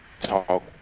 talk